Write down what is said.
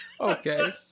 Okay